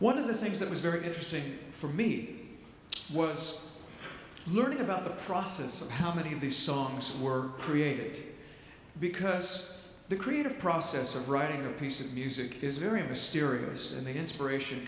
one of the things that was very interesting for me was learning about the process of how many of these songs were created because the creative process of writing a piece of music is very mysterious and the inspiration